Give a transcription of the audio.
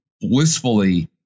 blissfully